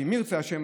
אם ירצה השם,